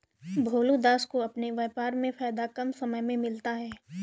भोलू दास को अपने व्यापार में फायदा कम समय में मिलता है